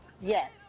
Yes